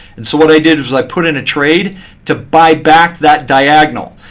and so what i did was i put in a trade to buy back that diagonal.